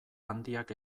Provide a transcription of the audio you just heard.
handiak